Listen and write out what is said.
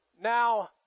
Now